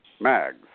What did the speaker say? Mags